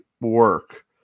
work